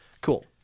cool